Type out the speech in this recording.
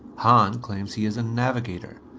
hahn claims he is a navigator.